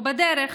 ובדרך